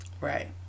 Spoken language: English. Right